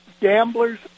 Gamblers